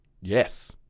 Yes